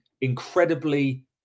incredibly